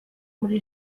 muri